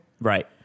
Right